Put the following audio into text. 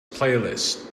playlist